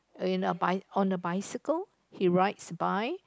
in a bi~ on a bicycle he rides by